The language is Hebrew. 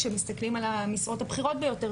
כשמסתכלים על המשרות הבכירות ביותר,